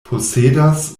posedas